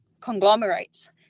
conglomerates